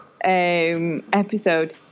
episode